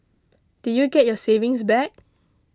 did you get your savings back